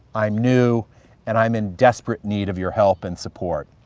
i'm new and i'm in desperate need of your help and support.